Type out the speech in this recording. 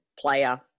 player